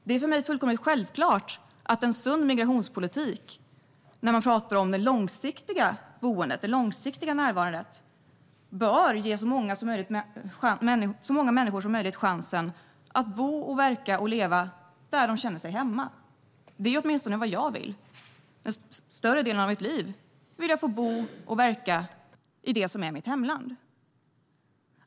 Det är för mig fullkomligt självklart att en sund migrationspolitik, när man talar om den långsiktiga närvaron, bör ge så många människor som möjligt chansen att bo, verka och leva där de känner sig hemma. Det är åtminstone vad jag vill. Större delen av mitt liv vill jag få bo och verka i det som är mitt hemland.